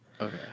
Okay